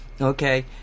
Okay